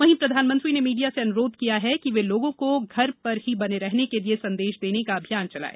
वहीं प्रधानमंत्री ने मीडिया से अनुरोध किया है कि वह लोगों को घर पर ही बने रहने के लिए संदेश देने का अभियान चलाए